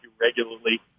regularly